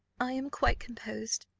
i am quite composed,